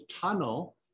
tunnel